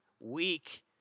week